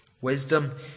wisdom